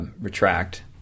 retract